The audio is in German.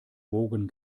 wogen